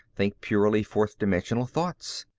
think purely fourth-dimensional thoughts.